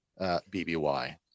BBY